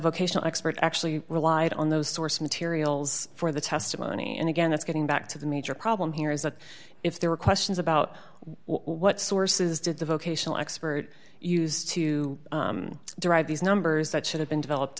vocational expert actually relied on those source materials for the testimony and again that's getting back to the major problem here is that if there are questions about what sources did the vocational expert used to derive these numbers that should have been developed